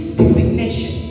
designation